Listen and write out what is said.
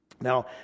Now